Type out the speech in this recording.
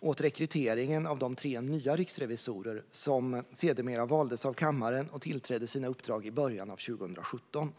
åt rekryteringen av de tre nya riksrevisorer som sedermera valdes av kammaren och tillträdde sina uppdrag i början av 2017.